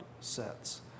sets